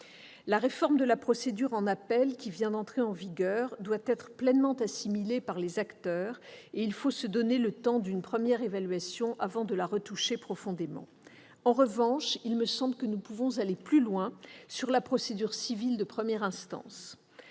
La réforme de la procédure en appel, qui vient d'entrer en vigueur, doit être pleinement assimilée par les acteurs, et il faut se donner le temps d'une première évaluation avant de la retoucher profondément. En revanche, nous pouvons aller plus loin, me semble-t-il, s'agissant de la procédure civile de première instance.